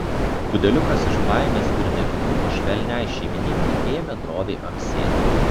pudeliukas iš baimės ir dėkingumo švelniai šeimininkei ėmė droviai amsėti